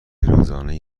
روزانه